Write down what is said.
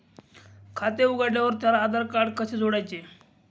खाते उघडल्यावर त्याला आधारकार्ड कसे जोडायचे?